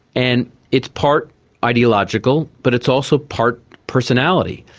and it's part ideological but it's also part personality.